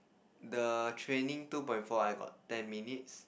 the training two point four I got ten minutes